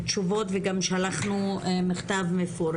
בשיתוף פעולה כמובן עם הגורמים הרלוונטיים במשרד